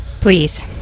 Please